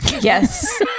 Yes